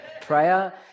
prayer